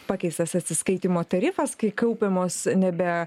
pakeistas atsiskaitymo tarifas kai kaupiamos nebe